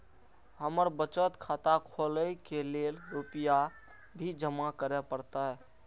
हमर बचत खाता खोले के लेल रूपया भी जमा करे परते?